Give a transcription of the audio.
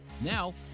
Now